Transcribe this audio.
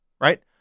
right